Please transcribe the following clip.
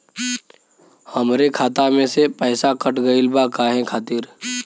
हमरे खाता में से पैसाकट गइल बा काहे खातिर?